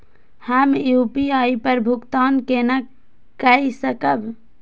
हम यू.पी.आई पर भुगतान केना कई सकब?